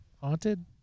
haunted